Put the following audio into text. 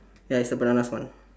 ya it's the bananas one